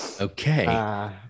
Okay